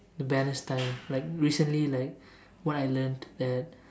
to balance time like recently like what I learnt that